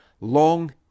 Long